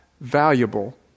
Valuable